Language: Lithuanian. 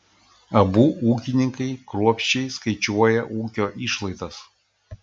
abu ūkininkai kruopščiai skaičiuoja ūkio išlaidas